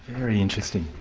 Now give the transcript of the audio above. very interesting.